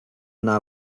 anar